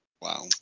Wow